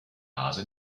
hase